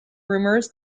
rumors